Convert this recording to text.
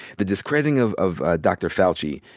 the discrediting of of dr. fauci.